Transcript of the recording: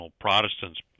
Protestants